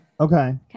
Okay